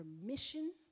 permission